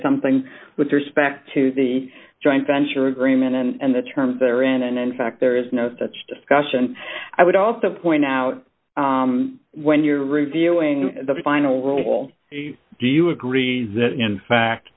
something with respect to the joint venture agreement and the terms that are in and in fact there is no such discussion i would also point out when you're reviewing the final role do you agree that in fact